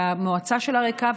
שהמועצה שלה ריקה,